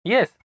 Yes